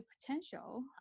potential